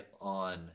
on